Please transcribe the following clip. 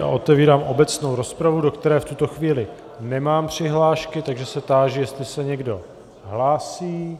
A otevírám obecnou rozpravu, do které v tuto chvíli nemám přihlášky, takže se táži, jestli se někdo hlásí.